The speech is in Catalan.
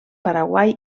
paraguai